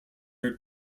are